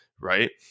right